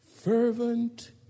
Fervent